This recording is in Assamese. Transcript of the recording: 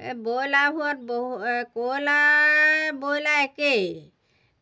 এই ব্ৰইলাৰবোঅত বহু কয়লাৰে বইলাৰে একেই